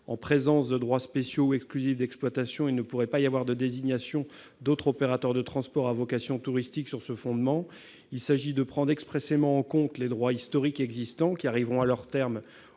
En présence de droits spéciaux ou exclusifs d'exploitation, il ne pourrait pas y avoir de désignation d'autres opérateurs de transports à vocation touristique sur ce fondement. Il s'agit de prendre expressément en compte les droits historiques existants, qui arriveront à leur terme